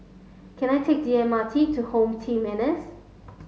can I take the M R T to HomeTeam N S